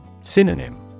Synonym